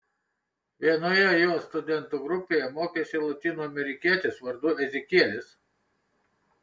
vienoje jo studentų grupėje mokėsi lotynų amerikietis vardu ezekielis